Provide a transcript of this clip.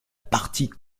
partie